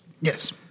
Yes